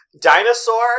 Dinosaur